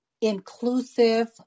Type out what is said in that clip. inclusive